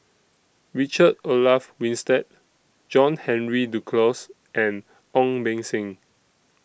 Richard Olaf Winstedt John Henry Duclos and Ong Beng Seng